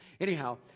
anyhow